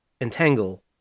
Entangle